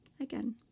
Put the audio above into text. again